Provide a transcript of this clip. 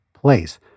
place